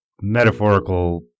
metaphorical